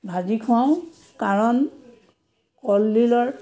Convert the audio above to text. ভাজি খুৱাওঁ কাৰণ কলডিলৰ